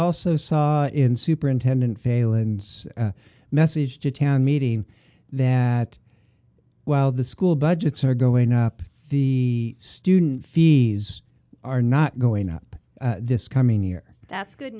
also saw in superintendent failand message to town meeting that while the school budgets are going up the student fees are not going up this coming year that's good